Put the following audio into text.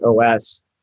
OS